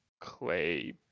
clay